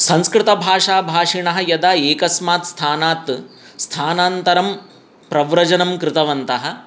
संस्कृतभाषाभाषिणः यदा एकस्मात् स्थानात् स्थानान्तरं प्रव्रजनं कृतवन्तः